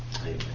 Amen